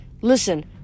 Listen